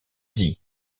dit